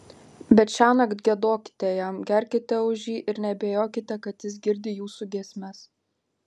bet šiąnakt giedokite jam gerkite už jį ir neabejokite kad jis girdi jūsų giesmes